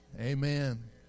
Amen